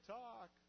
talk